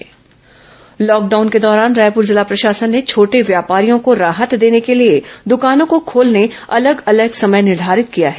lockdown व्यापारी राहत lockdown के दौरान रायपुर जिला प्रशासन ने छोटे व्यापारियों को राहत देने के लिए दुकानों को खोलने अलग अलग समय निर्धारित किया है